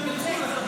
שהם ילכו לקבל